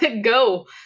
go